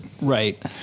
Right